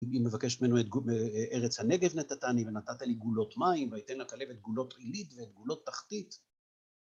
היא מבקשת ממנו את ארץ הנגב נתתני ונתת לי גולות מים וייתן לה כלב את גולות עילית ואת גולות תחתית,